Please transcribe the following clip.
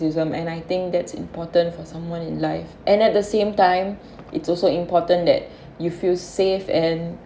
and I think that's important for someone in life and at the same time it's also important that you feel safe and